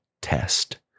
test